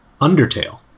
Undertale